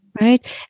right